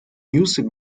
music